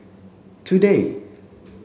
today